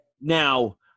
Now